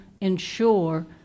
ensure